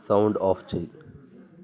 sound off చెయ్యి